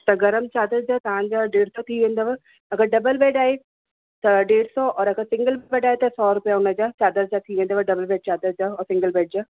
त गरम चाधर जा तव्हांजा डेढ सौ थी वेंदव अगरि डबल बैड आहे त डेढ सौ और अगरि सिंगल बैड आहे त सौ रुपिया उन जा चाधर जा थी वेंदव डबल बैड चाधर जा और सिंगल बैड जा